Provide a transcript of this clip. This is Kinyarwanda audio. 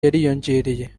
yariyongereye